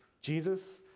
Jesus